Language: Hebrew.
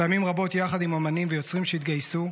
פעמים רבות יחד עם אומנים ויוצרים שהתגייסו,